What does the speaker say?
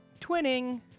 twinning